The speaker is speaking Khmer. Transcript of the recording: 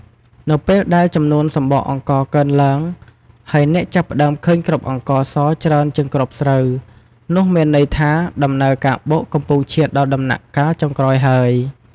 នៅពេលដែលចំនួនសម្បកអង្ករកើនឡើង ហើយអ្នកចាប់ផ្តើមឃើញគ្រាប់អង្ករសច្រើនជាងគ្រាប់ស្រូវ នោះមានន័យថាដំណើរការបុកកំពុងឈានដល់ដំណាក់កាលចុងក្រោយហើយ។